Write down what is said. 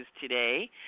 today